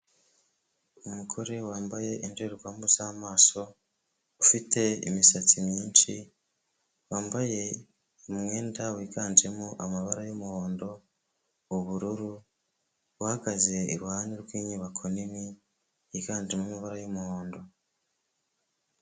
Umugore wambaye indorerwamo z'amaso ufite imisatsi myinshi wambaye umwenda wiganjemo amabara y'umuhondo, ubururu uhagaze iruhande rw'inyubako nini yiganjemo amabara y'umuhondo.